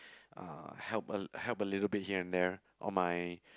uh help a help a little bit here and there or my